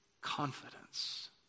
confidence